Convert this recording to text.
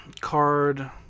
card